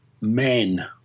men